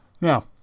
Now